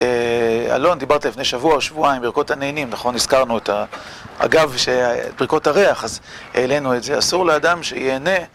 אלון, דיברת לפני שבוע או שבועיים על ברכות הנהנים, נכון, הזכרנו את ה... אגב, ברכות הריח, אז העלינו את זה. אסור לאדם שיהנה.